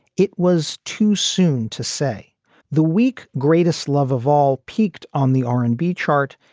it was too soon to say the week greatest love of all peaked on the r and b chart.